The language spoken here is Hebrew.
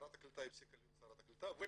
שרת הקליטה הפסיקה להיות שרת הקליטה ופתאום